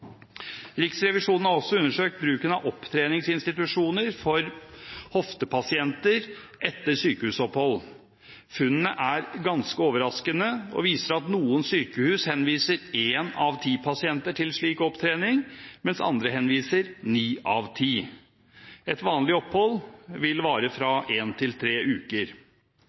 Riksrevisjonen har også undersøkt bruken av opptreningsinstitusjoner for hoftepasienter etter sykehusopphold. Funnene er ganske overraskende og viser at noen sykehus henviser én av ti pasienter til slik opptrening, mens andre henviser ni av ti. Et vanlig opphold vil vare fra én til tre uker.